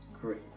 Great